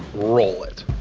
roll it.